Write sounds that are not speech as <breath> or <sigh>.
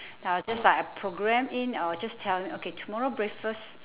<breath> then I'll just like I program in or just tell them okay tomorrow breakfast